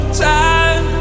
time